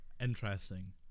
interesting